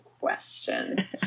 question